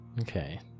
Okay